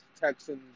Texans